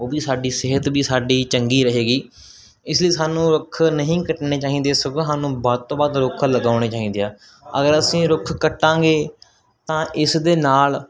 ਉਹ ਵੀ ਸਾਡੀ ਸਿਹਤ ਵੀ ਸਾਡੀ ਚੰਗੀ ਰਹੇਗੀ ਇਸ ਲਈ ਸਾਨੂੰ ਰੁੱਖ ਨਹੀਂ ਕੱਟਣੇ ਚਾਹੀਦੇ ਸਗੋਂ ਸਾਨੂੰ ਵੱਧ ਤੋਂ ਵੱਧ ਰੁੱਖ ਲਗਾਉਣੇ ਚਾਹੀਦੇ ਆ ਅਗਰ ਅਸੀਂ ਰੁੱਖ ਕੱਟਾਂਗੇ ਤਾਂ ਇਸਦੇ ਨਾਲ